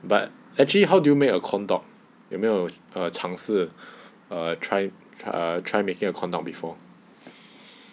but actually how do you make a corn dog 有没有 err 尝试 err try try making a corn dog before